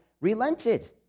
relented